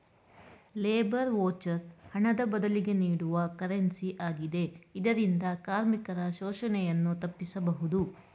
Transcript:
labour voucher ಹಣದ ಬದಲಿಗೆ ನೀಡುವ ಕರೆನ್ಸಿ ಆಗಿದೆ ಇದರಿಂದ ಕಾರ್ಮಿಕರ ಶೋಷಣೆಯನ್ನು ತಪ್ಪಿಸಬಹುದು